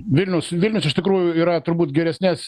vilnius vilnius iš tikrųjų yra turbūt geresnės